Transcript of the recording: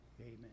Amen